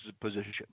position